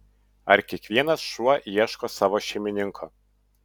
ar kiekvienas šuo ieško savo šeimininko